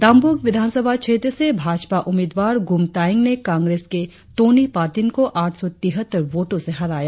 दांब्रक विधानसभा क्षेत्र से भाजपा उम्मीदवार गुम तायेंग ने कांग्रेस के टोनी पर्टिन को आठ सौ तिहत्तर वोटों से हराया